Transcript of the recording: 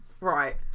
Right